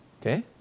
okay